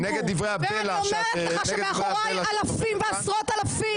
ואני אומרת לך שמאחוריי אלפים ועשרות אלפים.